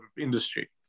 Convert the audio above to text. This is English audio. industry